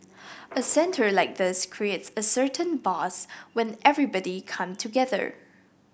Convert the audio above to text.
a centre like this creates a certain buzz when everybody come together